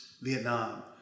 Vietnam